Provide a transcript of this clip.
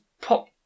pop